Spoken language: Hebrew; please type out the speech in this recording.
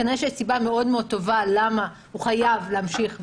כנראה שיש סיבה מאוד מאוד טובה למה הוא חייב להמשיך לעבוד.